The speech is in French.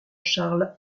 charles